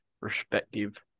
respective